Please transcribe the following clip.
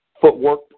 footwork